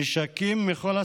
נשקים מכל הסוגים,